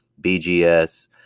BGS